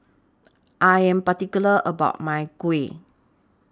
I Am particular about My Kuih